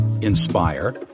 inspire